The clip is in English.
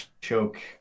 choke